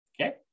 okay